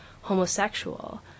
homosexual